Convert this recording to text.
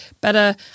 better